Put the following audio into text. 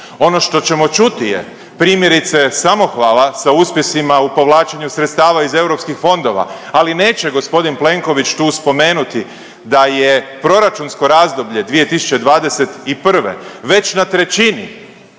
Ono što ćemo čuti je primjerice samohvala sa uspjesima u povlačenju sredstava iz europskih fondova, ali neće g. Plenković tu spomenuti da je proračunsko razdoblje 2021. već na trećini,